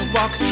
Walk